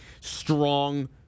strong